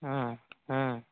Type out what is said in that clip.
ह्म्म ह्म्म